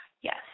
Yes